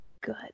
good